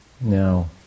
now